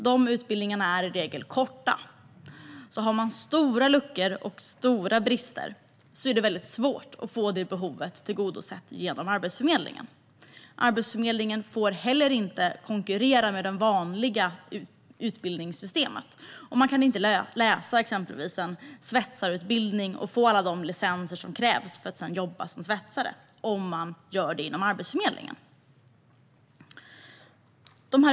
Dessa utbildningar är i regel korta, så om man har stora luckor och stora brister är det väldigt svårt att få detta behov tillgodosett genom Arbetsförmedlingen. Arbetsförmedlingen får heller inte konkurrera med det vanliga utbildningssystemet. Till exempel kan man inte gå en svetsarutbildning och få alla de licenser som krävs för att sedan jobba som svetsare om man gör detta inom Arbetsförmedlingen.